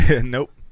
Nope